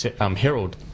Herald